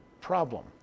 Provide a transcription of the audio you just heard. problem